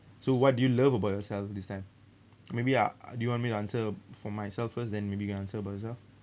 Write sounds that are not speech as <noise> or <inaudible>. so what do you love about yourself this time <noise> maybe I'll do you want me to answer for myself first then maybe you answer about yourself